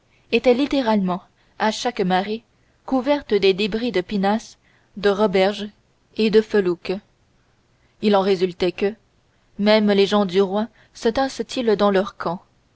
était littéralement à chaque marée couverte des débris de pinasses de roberges et de felouques il en résultait que même les gens du roi se tinssentils dans leur camp